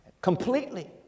Completely